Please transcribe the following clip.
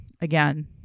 again